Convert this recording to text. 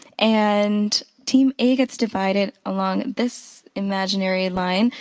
and team a gets divided along this imaginary line.